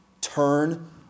Turn